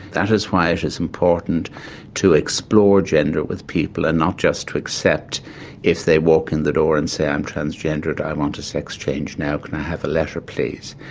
that is why it is important to explore gender with people and not just to accept if they walk in the door and say i'm transgendered, i want a sex change now, can i have a letter please.